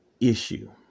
issue